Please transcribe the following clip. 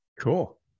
Cool